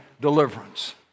deliverance